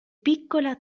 piccola